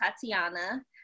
Tatiana